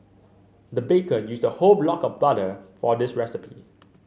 the baker used a whole block of butter for this recipe